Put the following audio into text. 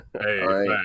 Hey